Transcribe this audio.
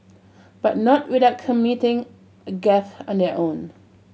but not without committing a gaffe on their own